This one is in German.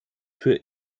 für